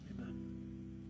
Amen